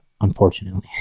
unfortunately